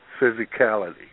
physicality